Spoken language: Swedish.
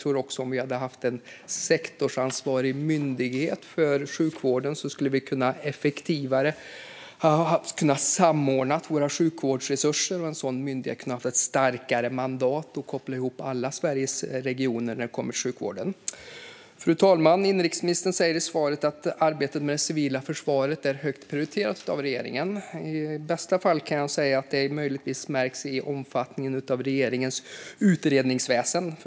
Om vi hade haft en sektorsansvarig myndighet för sjukvården tror jag att vi skulle ha kunnat samordna våra sjukvårdsresurser effektivare. En sådan myndighet hade kunnat ha ett starkare mandat att koppla ihop alla Sveriges regioner när det gäller sjukvården. Fru talman! Inrikesministern säger i svaret att arbetet med det civila försvaret är högt prioriterat av regeringen. I bästa fall kan jag säga att det möjligtvis märks i omfattningen av regeringens utredningsväsen.